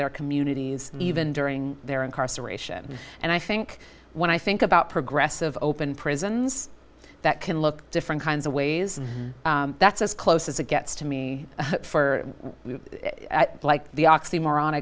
their communities even during their incarceration and i think when i think about progressive open prisons that can look different kinds of ways that's as close as it gets to me for like the oxymoron